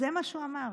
זה מה שהוא אמר.